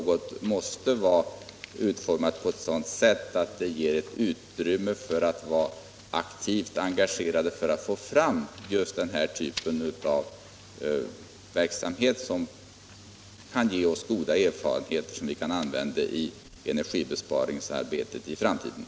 Man måste utforma det på ett sådant sätt att man har utrymme för ett aktivt engagemang för att få fram den här typen av verksamhet som kan ge oss goda erfarenheter, vilka vi kan använda i energibesparingsarbetet i framtiden.